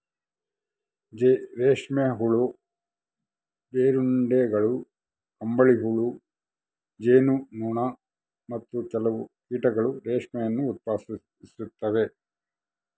ರೇಷ್ಮೆ ಹುಳು, ಜೀರುಂಡೆಗಳು, ಕಂಬಳಿಹುಳು, ಜೇನು ನೊಣ, ಮತ್ತು ಕೆಲವು ಕೀಟಗಳು ರೇಷ್ಮೆಯನ್ನು ಉತ್ಪಾದಿಸ್ತವ